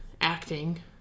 acting